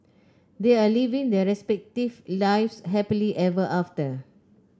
they are living their respective lives happily ever after